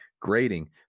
grading